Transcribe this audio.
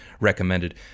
recommended